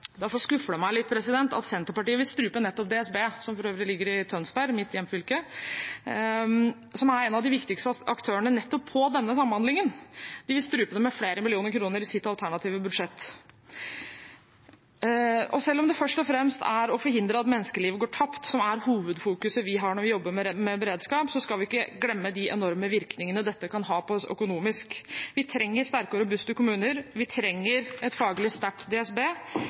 Derfor skuffer det meg litt at Senterpartiet vil strupe nettopp DSB – som for øvrig ligger i Tønsberg, i mitt hjemfylke – som er en av de viktigste aktørene nettopp på dette med samhandling. De vil strupe det med flere millioner kroner i sitt alternative budsjett. Selv om det å forhindre at menneskeliv går tapt først og fremst er hovedfokuset når vi jobber med beredskap, skal vi ikke glemme de enorme virkningene dette kan ha for oss økonomisk. Vi trenger sterke og robuste kommuner, vi trenger et faglig sterkt DSB,